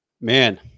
Man